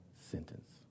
sentence